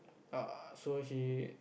uh so he